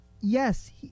Yes